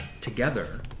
together